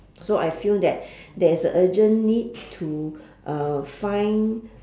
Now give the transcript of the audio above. so I feel that there is a urgent need to uh find